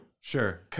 Sure